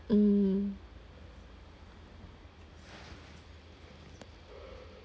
mm